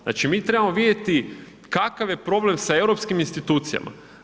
Znači mi trebamo vidjeti kakav je problem sa europskim institucijama.